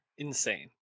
Insane